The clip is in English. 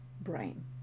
brain